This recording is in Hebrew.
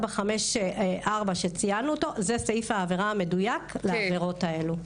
ה-3454 שציינו אותו זה סעיף העבירה המדויק לעבירות האלו.